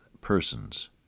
persons